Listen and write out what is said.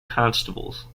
constables